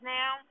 now